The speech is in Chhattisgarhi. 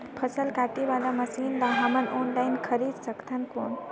फसल काटे वाला मशीन ला हमन ऑनलाइन खरीद सकथन कौन?